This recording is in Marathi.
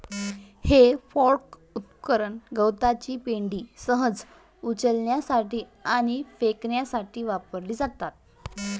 हे फोर्क उपकरण गवताची पेंढा सहज उचलण्यासाठी आणि फेकण्यासाठी वापरली जातात